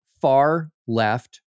far-left